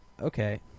okay